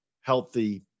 healthy